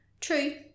true